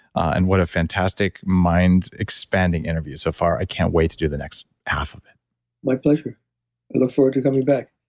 and what a fantastic mind-expanding interview so far. i can't wait to do the next half of it my pleasure. i look forward to coming back